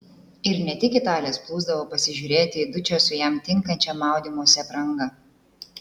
ir ne tik italės plūsdavo pasižiūrėti į dučę su jam tinkančia maudymosi apranga